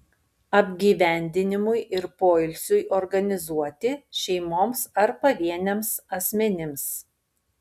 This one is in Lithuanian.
apgyvendinimui ir poilsiui organizuoti šeimoms ar pavieniams asmenims